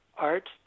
art